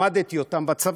למדתי בצבא: